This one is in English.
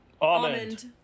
Almond